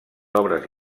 obres